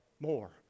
more